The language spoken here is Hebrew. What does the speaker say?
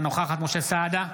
אינה נוכחת משה סעדה,